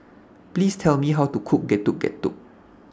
Please Tell Me How to Cook Getuk Getuk